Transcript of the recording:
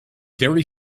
very